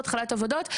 העבודות,